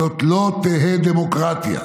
זאת לא תהא דמוקרטיה".